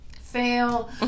fail